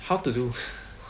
how to do